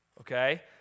okay